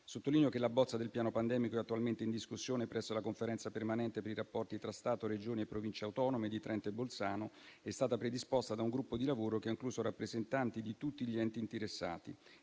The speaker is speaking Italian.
Sottolineo che la bozza del piano pandemico è attualmente in discussione presso la Conferenza permanente per i rapporti tra Stato-Regioni e Province autonome di Trento e Bolzano ed è stata predisposta da un gruppo di lavoro che ha incluso rappresentanti di tutti gli enti interessati